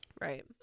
Right